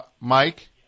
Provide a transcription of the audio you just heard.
Mike